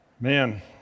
man